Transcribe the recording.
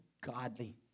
godly